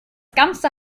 ganze